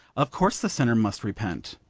of course the sinner must repent.